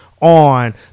on